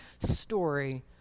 story